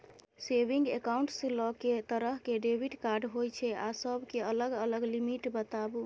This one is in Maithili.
सेविंग एकाउंट्स ल के तरह के डेबिट कार्ड होय छै आ सब के अलग अलग लिमिट बताबू?